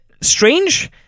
strange